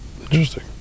Interesting